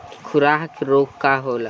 खुरहा रोग का होला?